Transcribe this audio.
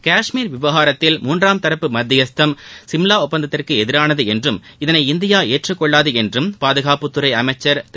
காஷ்மீர் விவகாரத்தில் மூன்றாம் தரப்பு மத்தியஸ்தம் சிம்லா ஒப்பந்தத்திற்கு எதிரானது என்றும் இதனை இந்தியா ஏற்றுக்கொள்ளாது என்று பாதுகாப்புத்துறை அமைச்ச் திரு